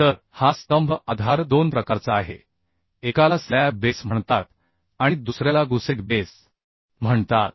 तर हा स्तंभ आधार दोन प्रकारचा आहे एकाला स्लॅब बेस म्हणतात आणि दुसऱ्याला गुसेट बेस म्हणतात